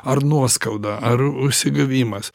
ar nuoskauda ar užsigavimas